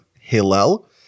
Hillel